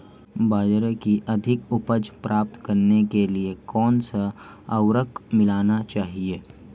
बाजरे की अधिक उपज प्राप्त करने के लिए कौनसा उर्वरक मिलाना चाहिए?